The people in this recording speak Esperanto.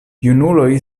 junuloj